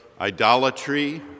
idolatry